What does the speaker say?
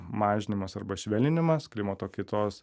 mažinimas arba švelninimas klimato kaitos